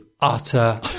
utter